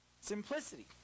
simplicity